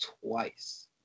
twice